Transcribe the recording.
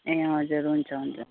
ए हजुर हुन्छ हुन्छ